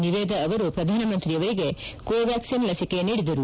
ನಿವೇದ ಅವರು ಪ್ರಧಾನಮಂತ್ರಿಯವರಿಗೆ ಕೊವ್ಟಾಪಿನ್ ಲಸಿಕೆ ನೀಡಿದರು